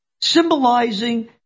symbolizing